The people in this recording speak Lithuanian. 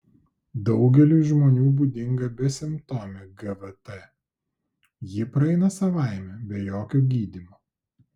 daugeliui žmonių būdinga besimptomė gvt ji praeina savaime be jokio gydymo